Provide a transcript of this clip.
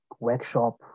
Workshop